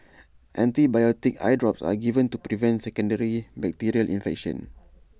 antibiotic eye drops are given to prevent secondary bacterial infection